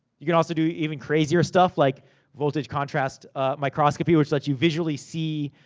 you can also do even crazier stuff, like voltage contrast microscopy, which lets you visually see